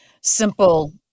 simple